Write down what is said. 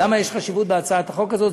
למה יש חשיבות בהצעת החוק הזאת.